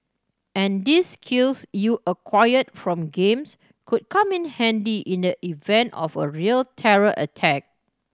and these skills you acquired from games could come in handy in the event of a real terror attack